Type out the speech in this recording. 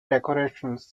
decorations